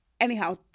anyhow